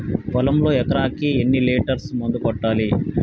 పొలంలో ఎకరాకి ఎన్ని లీటర్స్ మందు కొట్టాలి?